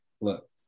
look